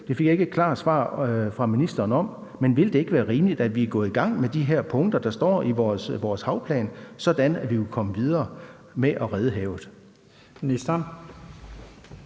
Det fik jeg ikke et klart svar på fra ministeren, men vil det ikke være rimeligt, at vi går i gang med de her punkter, der står i vores havplan, sådan at vi kunne komme videre med at redde havet?